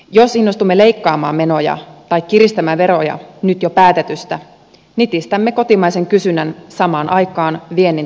jos innostumme leikkaamaan menoja tai kiristämään veroja nyt jo päätetystä nitistämme kotimaisen kysynnän samaan aikaan viennin